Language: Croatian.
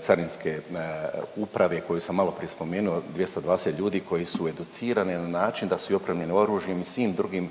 Carinske uprave koju sam maloprije spomenuo, 220 ljudi koji su educirani na način da su opremljeni oružjem i svim drugim